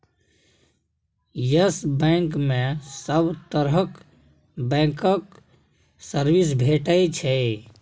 yes Bank मे सब तरहक बैंकक सर्विस भेटै छै